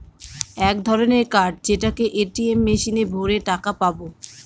এক ধরনের কার্ড যেটাকে এ.টি.এম মেশিনে ভোরে টাকা পাবো